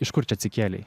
iš kur čia atsikėlei